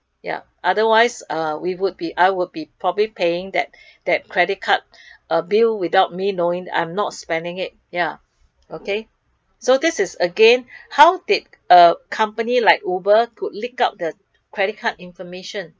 ya otherwise uh we would be I would be probably paying that that credit card a bill without me knowing that I'm not spending it ya okay so this is again how did uh companies like uber could leak out the credit card information